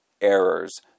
errors